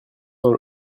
dans